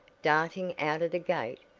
darting out of the gate,